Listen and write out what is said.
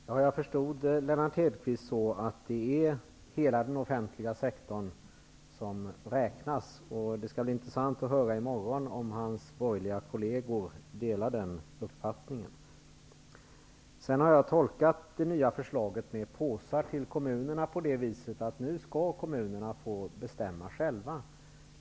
Herr talman! Jag uppfattade det som Lennart Hedquist sade så att det är hela den offentliga sektorn som räknas. Det skall bli intressant att i morgon få höra om hans borgerliga kolleger delar den uppfattningen. Jag har tolkat det nya förslaget om påsar till kommunerna så att nu skall kommunerna få bestämma själva.